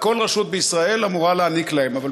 וכל רשות בישראל אמורה להעניק להם אותה,